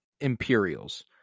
Imperials